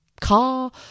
car